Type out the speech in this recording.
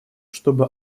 чтобы